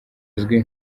uzwi